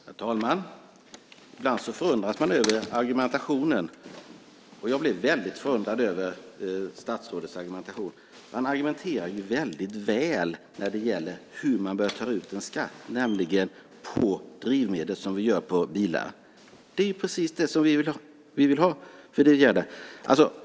Herr talman! Ibland förundras man över argumentationen, och jag blev väldigt förundrad över statsrådets argumentation. Han argumenterade ju väldigt väl när det gällde hur man bör ta ut en skatt, nämligen på drivmedel, som vi gör på bilar. Det är precis det som vi vill ha.